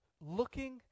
looking